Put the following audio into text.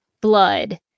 blood